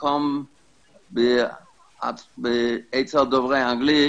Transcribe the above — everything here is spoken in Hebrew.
מקום אצל דוברי אנגלית,